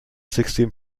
sixteen